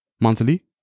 monthly